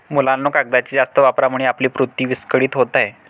मुलांनो, कागदाच्या जास्त वापरामुळे आपली पृथ्वी विस्कळीत होत आहे